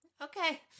Okay